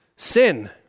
Sin